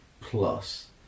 plus